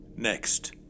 Next